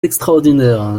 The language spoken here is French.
extraordinaire